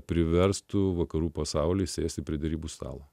priverstų vakarų pasaulį sėsti prie derybų stalo